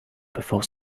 before